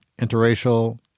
interracial